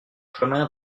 chemin